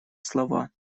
слова